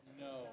No